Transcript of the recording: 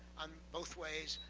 um both ways,